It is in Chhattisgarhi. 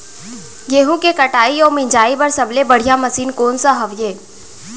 गेहूँ के कटाई अऊ मिंजाई बर सबले बढ़िया मशीन कोन सा हवये?